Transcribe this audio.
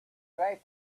try